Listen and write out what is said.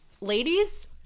ladies